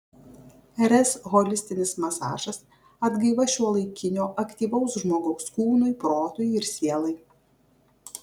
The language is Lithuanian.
rs holistinis masažas atgaiva šiuolaikinio aktyvaus žmogaus kūnui protui ir sielai